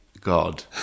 God